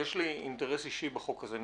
יש לי אינטרס אישי בהצעת החוק הזאת.